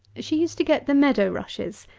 she used to get the meadow-rushes,